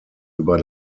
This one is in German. über